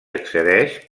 accedeix